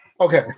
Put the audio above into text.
Okay